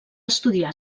estudiar